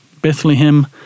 Bethlehem